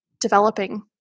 developing